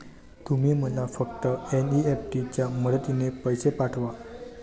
तुम्ही मला फक्त एन.ई.एफ.टी च्या मदतीने पैसे पाठवा